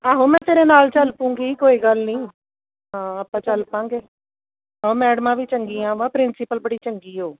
ਆਹੋ ਮੈਂ ਤੇਰੇ ਨਾਲ ਚੱਲ ਪਊਂਗੀ ਕੋਈ ਗੱਲ ਨਹੀਂ ਹਾਂ ਆਪਾਂ ਚੱਲ ਪਾਂਗੇ ਆਹ ਮੈਡਮਾਂ ਵੀ ਚੰਗੀਆਂ ਵਾ ਪ੍ਰਿੰਸੀਪਲ ਬੜੀ ਚੰਗੀ ਓ